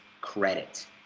credit